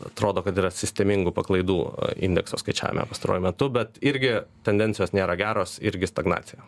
atrodo kad yra sistemingų paklaidų indekso skaičiavime pastaruoju metu bet irgi tendencijos nėra geros irgi stagnacija